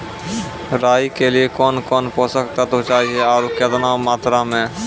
राई के लिए कौन कौन पोसक तत्व चाहिए आरु केतना मात्रा मे?